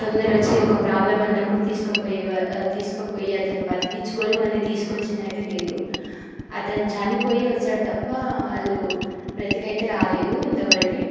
తొందర వచ్చి ఒక ప్రాబ్లమ్ అన్నప్పుడు తీసుకుపోయే వా తీసుకుపోయే అతన్ని బ్రతికించుకొని మళ్ళీ తీసుకొచ్చింది అయితే లేదు అతను చనిపోయి వచ్చాడు తప్పా వాళ్ళు బ్రతికి అయితే రాలేదు ఇంత వరకు